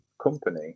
company